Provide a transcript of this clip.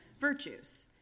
virtues